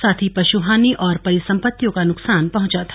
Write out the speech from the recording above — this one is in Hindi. साथ ही पशुहानि और परिसंपित्तयों का न्कसान पहुंचा था